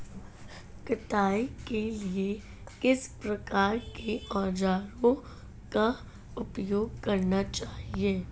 कटाई के लिए किस प्रकार के औज़ारों का उपयोग करना चाहिए?